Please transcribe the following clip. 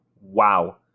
Wow